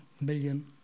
million